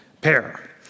pair